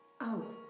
out